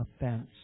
offense